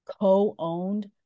co-owned